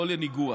לא לניגוח: